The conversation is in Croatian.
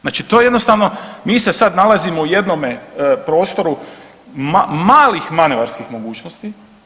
Znači to jednostavno mi se sad nalazimo u jednome prostoru malih manevarskih mogućnosti.